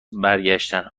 برگشتن